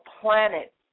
planet